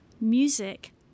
music